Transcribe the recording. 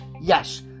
yes